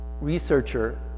researcher